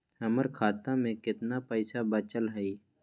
हमर खाता में केतना पैसा बचल हई?